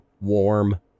warm